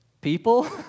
people